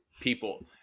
people